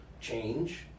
change